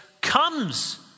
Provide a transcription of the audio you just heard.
comes